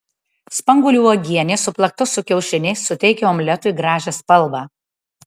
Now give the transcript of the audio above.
spanguolių uogienė suplakta su kiaušiniais suteikia omletui gražią spalvą